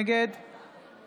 נגד